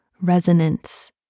resonance